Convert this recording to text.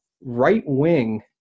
right-wing